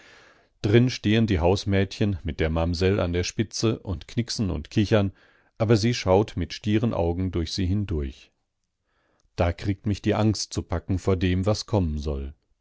drin stehen die hausmädchen mit der mamsell an der spitze und knicksen und kichern aber sie schaut mit stieren augen durch sie hindurch da kriegt mich die angst zu packen vor dem was kommen soll